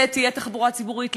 תהיה תחבורה ציבורית,